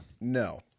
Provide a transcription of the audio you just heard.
No